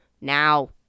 now